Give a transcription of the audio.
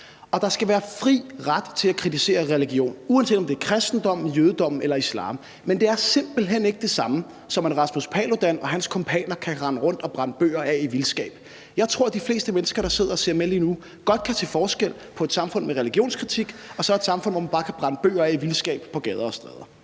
Der skal være fri ret til at kritisere religion, uanset om det er kristendommen, jødedommen eller islam, men det er simpelt hen ikke det samme, som at Rasmus Paludan og hans kumpaner kan rende rundt og brænde bøger af i vildskab. Jeg tror, de fleste mennesker, der sidder og ser med lige nu, godt kan se forskel på et samfund med religionskritik og så et samfund, hvor man bare kan brænde bøger af i vildskab på gader og stræder.